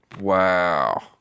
wow